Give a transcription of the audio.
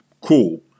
Cool